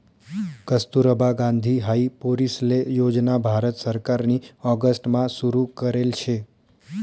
कस्तुरबा गांधी हाई पोरीसले योजना भारत सरकारनी ऑगस्ट मा सुरु करेल शे